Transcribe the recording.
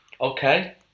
okay